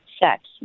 sex